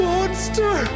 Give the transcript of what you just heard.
Monster